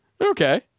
okay